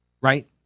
right